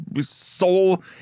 soul